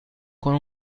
con